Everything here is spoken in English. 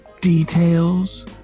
Details